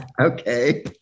Okay